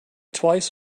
twice